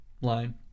line